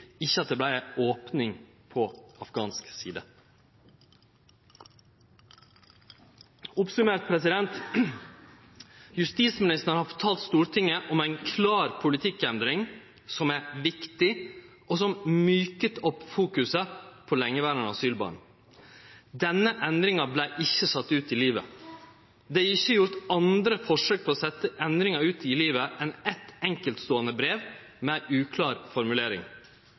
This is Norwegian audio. ikkje at det vart ei opning på afghansk side. Oppsummert: Justisministeren har fortalt Stortinget om ei «klar politikkendring» som er «viktig», og som «myket opp fokuset» på lengeverande asylbarn. Men denne endringa vart ikkje sett ut i livet. Det er ikkje gjort andre forsøk på å setje endringa ut i livet enn eit enkeltståande brev, med ei uklår formulering.